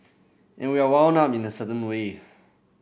and we are wound up in a certain way